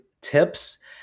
tips